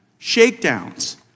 shakedowns